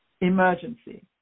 emergency